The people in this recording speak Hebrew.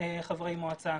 חברי מועצה,